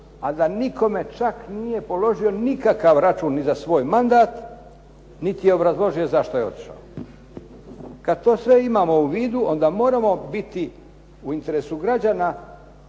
a da nikome čak nije položio nikakav račun ni za svoj mandat niti je obrazložio zašto je otišao. Kad to sve imamo u vidu onda moramo biti u interesu građana